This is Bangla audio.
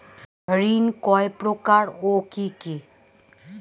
ঋণ কয় প্রকার ও কি কি?